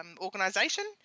organization